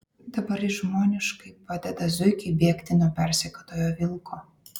dabar jis žmoniškai padeda zuikiui bėgti nuo persekiotojo vilko